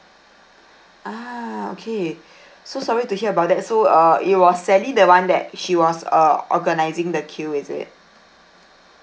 ah okay so sorry to hear about that so uh it was sally the one that she was uh organising the queue is it